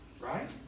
Right